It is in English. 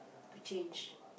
to change